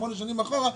שמונה שנים אחורה,